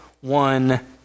one